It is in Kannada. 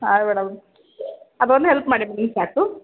ಹಾ ಮೇಡಮ್ ಅದೊಂದು ಹೆಲ್ಪ್ ಮಾಡಿ ಬಿಡಿ ಸಾಕು